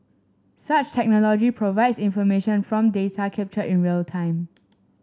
such technology provides information from data captured in real time